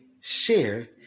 share